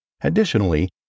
Additionally